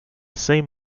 same